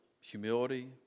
humility